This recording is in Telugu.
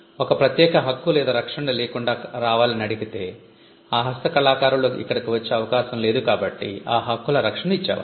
ఒక ప్రత్యేక హక్కు లేదా రక్షణ లేకుండా రావాలని అడిగితే ఆ హస్తకళాకారులు ఇక్కడకి వచ్చే అవకాశం లేదు కాబట్టి ఆ హక్కుల రక్షణ ఇచ్చేవారు